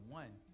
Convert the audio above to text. one